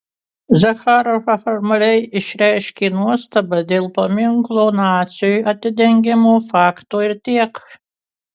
zacharova formaliai išreiškė nuostabą dėl paminklo naciui atidengimo fakto ir tiek